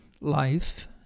life